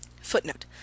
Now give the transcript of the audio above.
Footnote